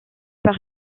par